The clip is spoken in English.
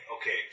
okay